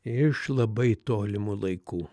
iš labai tolimų laikų